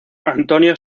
antonio